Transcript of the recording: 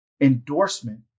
endorsement